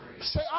Say